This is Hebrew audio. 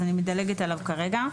אז אני מדלגת עליו כרגע.